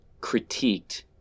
critiqued